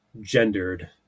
gendered